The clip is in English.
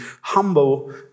humble